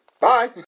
Bye